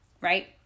Right